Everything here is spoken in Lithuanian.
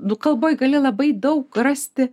nu kalboj gali labai daug rasti